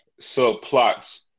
subplots